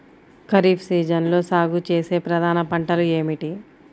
ఖరీఫ్ సీజన్లో సాగుచేసే ప్రధాన పంటలు ఏమిటీ?